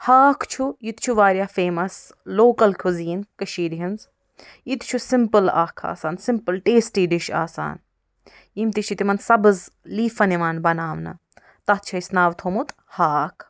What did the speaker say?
ہاکھ چھُ یہِ تہِ چھُ واریاہ فیمس لوکل کُزیٖن کٔشیٖرِ ہِنٛز یہِ تہِ چھُ سِمپٕل اَکھ آسان سِمپٕل ٹیسٹی ڈِش آسان یِم تہِ چھُِ تِمن سبٕز لیٖفن یِوان بناونہٕ تتھ چھُ اَسہِ ناو تھوٚمُت ہاکھ